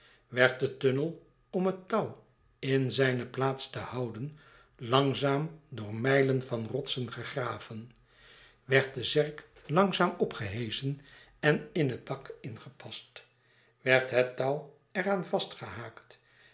werd de tunnel om het touw in zijne plaats tehouden langzaam door mijlen van rotsen gegraven werd de zerk langzaam opgeheschen en in het dak ingepast werd het touw er